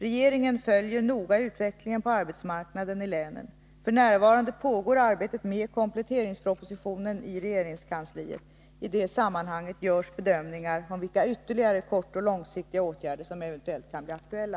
Regeringen följer noga utvecklingen på arbetsmarknaden i länen. F. n. pågår arbetet med kompletteringspropositionen i regeringskansliet. I det sammanhanget görs bedömningar om vilka ytterligare kortoch långsiktiga åtgärder som eventuellt kan bli aktuella.